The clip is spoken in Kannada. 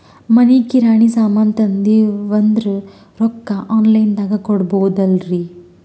ಮನಿಗಿ ಕಿರಾಣಿ ಸಾಮಾನ ತಂದಿವಂದ್ರ ರೊಕ್ಕ ಆನ್ ಲೈನ್ ದಾಗ ಕೊಡ್ಬೋದಲ್ರಿ?